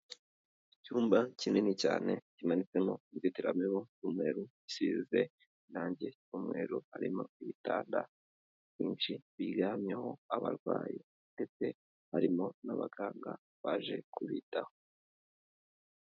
Icyumba kinini cyane kimanitsemo inzitiramibu y'umweru isize irangi ry'umweru, harimo ibitanda byinshi biryamyeho abarwayi ndetse harimo n'abaganga baje kubitaho.